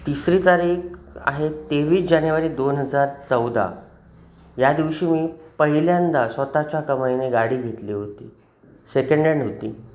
तिसरी तारीख आहे तेवीस जानेवारी दोन हजार चौदा या दिवशी मी पहिल्यांदा स्वतःच्या कमाईने गाडी घेतली होती सेकंड हँड होती